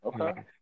Okay